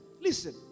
listen